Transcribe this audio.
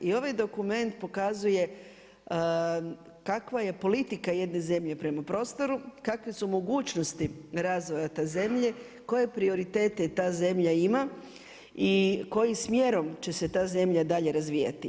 I ovaj dokument pokazuje kakva je politika jedne zemlje prema prostoru, kakve su mogućnosti razvoja te zemlje, koje prioritete ta zemlja ima i kojim smjerom će se ta zemlja dalje razvijati.